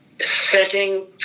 setting